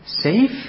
Safe